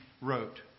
wrote